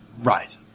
Right